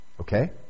Okay